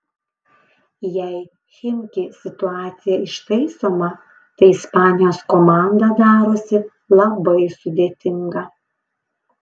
jei chimki situacija ištaisoma tai ispanijos komanda darosi labai sudėtinga